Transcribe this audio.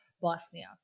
Bosnia